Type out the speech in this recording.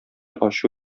ачу